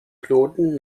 knoten